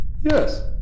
Yes